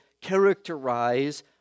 characterize